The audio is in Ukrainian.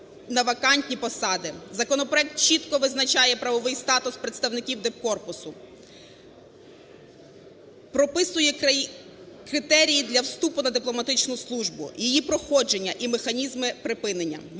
на вакантні посади. Законопроект чітко визначає правовий статус представників дипкорпусу, прописує критерії для вступу на дипломатичну службу, їх проходження і механізми припинення.